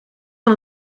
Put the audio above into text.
van